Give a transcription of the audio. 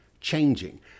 changing